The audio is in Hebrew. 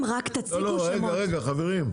חברים,